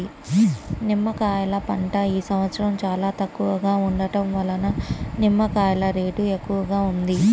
నిమ్మకాయల పంట ఈ సంవత్సరం చాలా తక్కువగా ఉండటం వలన నిమ్మకాయల రేటు ఎక్కువగా ఉంది